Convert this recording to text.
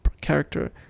character